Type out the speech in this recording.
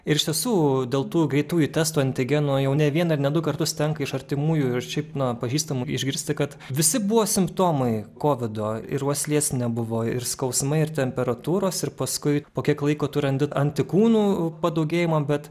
ir iš tiesų dėl tų greitųjų testų antigenų jau ne vieną ir ne du kartus tenka iš artimųjų ir šiaip na pažįstamų išgirsti kad visi buvo simptomai kovido ir uoslės nebuvo ir skausmai ir temperatūros ir paskui po kiek laiko tu randi antikūnų padaugėjimą bet